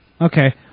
Okay